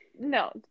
no